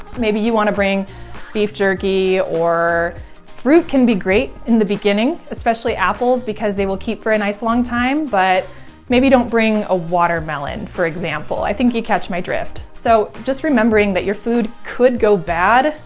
maybe you want to bring beef jerky or fruit can be great in the beginning, especially apples because they will keep for a nice, long time. but maybe don't bring a watermelon for example. i think you catch my drift. so just remembering that your food could go bad.